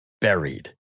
buried